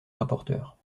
rapporteur